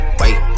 wait